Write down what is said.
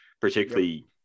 particularly